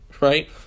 right